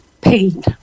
pain